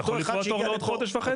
אתה יכול לקבוע תור לעוד חודש וחצי.